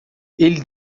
ele